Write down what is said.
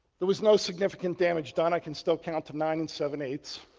there was no significant damage done. i can still count to nine and seven-eighths.